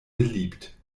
beliebt